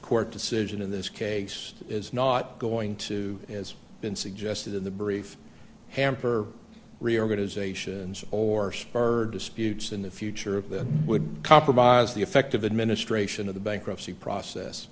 court decision in this case is not going to as been suggested in the brief hamper reorganization or spur disputes in the future of the would compromise the effective administration of the bankruptcy process